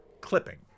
clipping